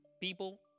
people